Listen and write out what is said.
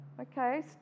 Okay